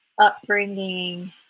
upbringing